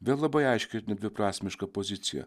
vėl labai aiški ir nedviprasmiška pozicija